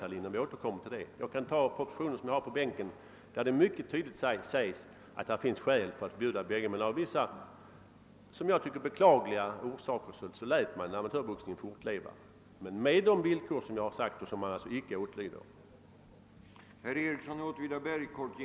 I Klings proposition sades mycket tydligt att det finns skäl att förbjuda både proffsboxningen och amatörboxningen, men av en del, som jag tycker beklagliga, orsaker lät man amatörboxningen fortleva på vissa villkor, vilka — såsom jag nämnt — icke helt efterföljs.